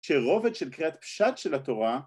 שרובד של קריאת פשט של התורה